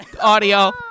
audio